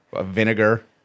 vinegar